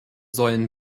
säulen